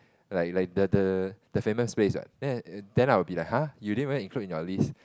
like like the the the famous place what then I'll be like !huh! you didn't even include in your list